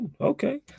Okay